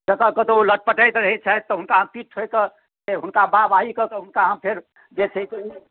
जतय कतहु लटपटाइत रहैत छथि तऽ हुनका हम पीठ ठोकि कऽ से हुनका हम वाहवाही कऽ के हुनका हम फेर जे छै से